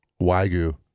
Wagyu